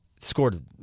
Scored